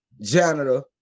janitor